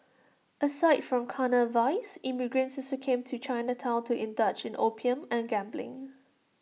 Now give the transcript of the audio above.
aside from carnal vice immigrants also came to Chinatown to indulge in opium and gambling